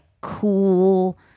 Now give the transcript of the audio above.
cool